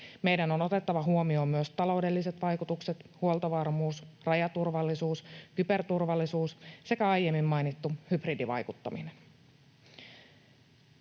Meidän on otettava huomioon myös taloudelliset vaikutukset, huoltovarmuus, rajaturvallisuus, kyberturvallisuus sekä aiemmin mainittu hybridivaikuttaminen.